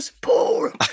Poor